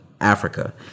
Africa